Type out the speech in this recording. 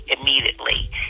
immediately